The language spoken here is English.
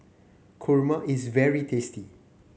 kurma is very tasty